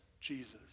Jesus